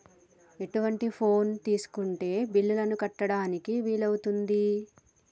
ఎటువంటి ఫోన్ తీసుకుంటే బిల్లులను కట్టడానికి వీలవుతది?